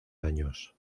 años